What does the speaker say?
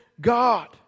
God